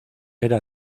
era